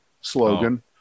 slogan